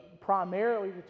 primarily